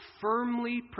firmly